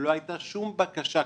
לא הייתה שום בקשה,